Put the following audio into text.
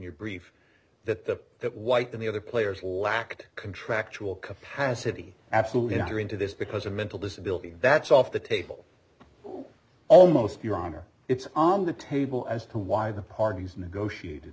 your brief that the that white than the other players lack contractual capacity absolutely if you're into this because of mental disability that's off the table almost your honor it's on the table as to why the parties negotiated